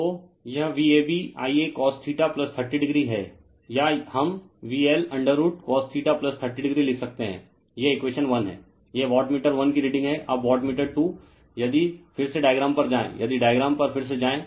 तो यह VabIacos30o है या हम VL√cos30o लिख सकते हैं यह इक्वेशन 1 है यह वाटमीटर 1 की रीडिंग है अब वाटमीटर 2यदि फिर से डायग्राम पर जाएं यदि डायग्राम पर फिर से जाएं